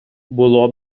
було